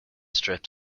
strip